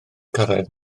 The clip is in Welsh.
cyrraedd